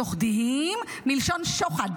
מלשון שוחד,